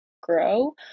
grow